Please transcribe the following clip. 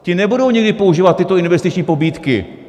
Ti nebudou nikdy používat tyto investiční pobídky.